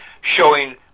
showing